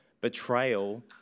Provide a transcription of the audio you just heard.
betrayal